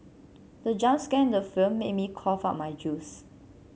the jump scare in the film made me cough out my juice